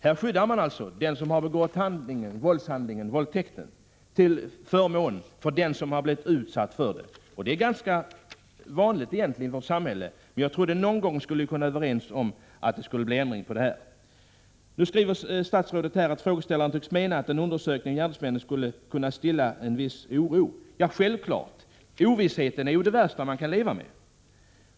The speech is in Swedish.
Här skyddar man alltså den som begått brottet till förfång för den som har blivit utsatt för det. Det är egentligen ganska vanligt i vårt samhälle, men jag trodde att vi någon gång skulle kunna få en ändring till stånd. Statsrådet skriver i svaret: ”Frågeställarna tycks mena att en undersökning av gärningsmännen skulle kunna i viss utsträckning stilla denna oro.” Självfallet! Ovissheten är ju det värsta man kan leva med.